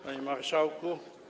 Panie Marszałku!